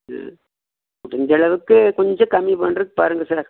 ம் இந்தளவுக்கு கொஞ்சம் கம்மி பண்ணுறதுக்கு பாருங்கள் சார்